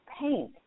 paint